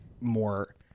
more